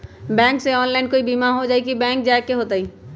Bank से online कोई बिमा हो जाई कि बैंक जाए के होई त?